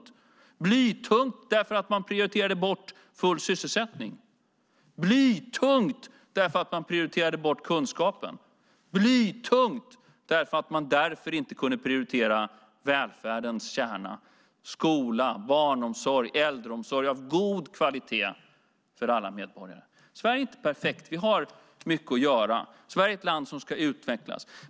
Det är blytungt därför att man prioriterade bort full sysselsättning, blytungt därför att man prioriterade bort kunskapen, blytungt därför att man därför inte kunde prioritera välfärdens kärna: skola, barnomsorg och äldreomsorg av god kvalitet för alla medborgare. Sverige är inte perfekt. Vi har mycket att göra. Sverige är ett land som ska utvecklas.